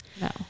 no